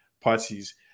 parties